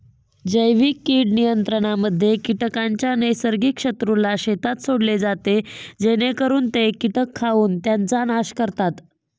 जैविक कीड नियंत्रणामध्ये कीटकांच्या नैसर्गिक शत्रूला शेतात सोडले जाते जेणेकरून ते कीटक खाऊन त्यांचा नाश करतात